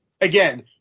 Again